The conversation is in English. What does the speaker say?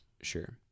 Sure